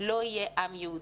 לא יהיה עם יהודי.